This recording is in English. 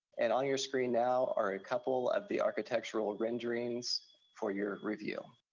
and on your screen now are a couple of the architectural renderings for your review.